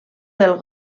del